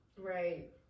right